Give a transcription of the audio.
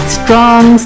strong